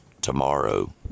Tomorrow